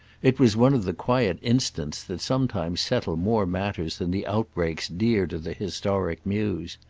it was one of the quiet instants that sometimes settle more matters than the outbreaks dear to the historic muse.